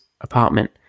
apartment